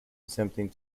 attempting